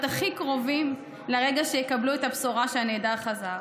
הכי קרובות לרגע שיקבלו את הבשורה שהנעדר חזר.